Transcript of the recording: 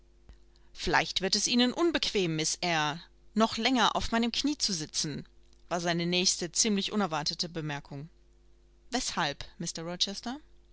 vielleicht wird es ihnen unbequem miß eyre noch länger auf meinem knie zu sitzen war seine nächst ziemlich unerwartete bemerkung weshalb